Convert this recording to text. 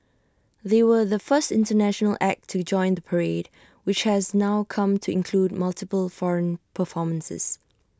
they were the first International act to join the parade which has now come to include multiple foreign performances